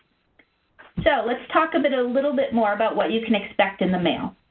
so let's talk a bit a little bit more about what you can expect in the mail.